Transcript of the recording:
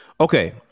okay